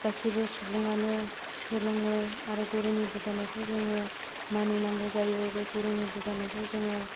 गासैबो सुबुङानो सोलोङो आरो गुरुनि बुजायनायखौ जोङो मानिनांगौ जायो बे गुरुनि बुजायनायखौ जोङो